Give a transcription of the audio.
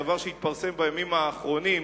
דבר שהתפרסם בימים האחרונים,